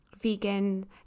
vegan